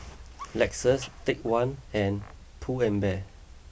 Lexus Take One and Pull and Bear